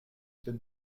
been